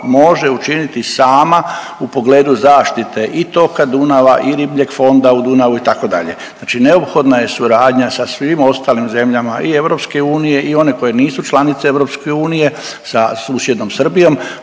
učiniti sama u pogledu zaštite i toka Dunava i ribljeg fonda u Dunavu, itd., znači neophodna je suradnja sa svim ostalim zemljama i EU i one koje nisu članice EU, sa susjednom Srbijom,